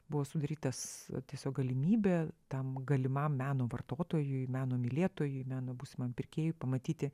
buvo sudarytas tiesiog galimybė tam galimam meno vartotojui meno mylėtojui meno būsimam pirkėjui pamatyti